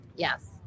Yes